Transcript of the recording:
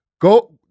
Go